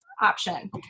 option